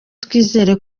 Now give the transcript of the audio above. twizeye